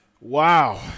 wow